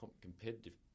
competitive